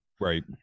Right